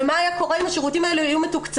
ומה היה קורה אם השירותים האלה היו מתוקצבים